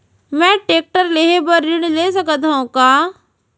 मैं टेकटर लेहे बर ऋण ले सकत हो का?